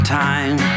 time